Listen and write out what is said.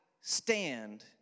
stand